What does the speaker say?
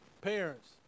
parents